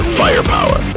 firepower